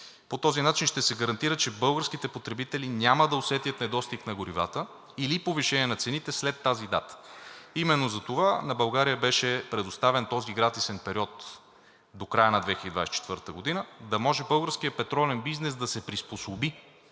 По този начин ще се гарантира, че българските потребители няма да усетят недостиг на горивата или повишение на цените след тази дата. Именно затова на България беше предоставен този гратисен период до края на 2024 г., за да може българският петролен бизнес да се приспособи